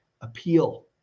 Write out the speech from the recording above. appeal